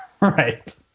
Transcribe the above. Right